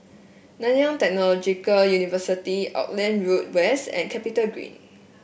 Nanyang Technological University Auckland Road West and CapitaGreen